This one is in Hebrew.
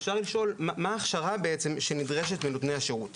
אפשר לשאול מה ההכשרה הנדרשת לנותני השירות.